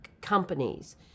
companies